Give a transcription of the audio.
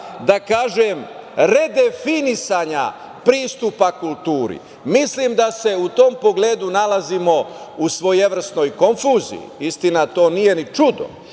da kažem, redefinisanja pristupa kulturi. Mislim da se u tom pogledu nalazimo u svojevrsnoj konfuziji, istina to nije ni čudo.I